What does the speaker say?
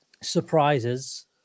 surprises